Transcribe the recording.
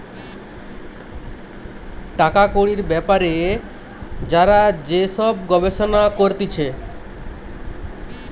টাকা কড়ির বেপারে যারা যে সব গবেষণা করতিছে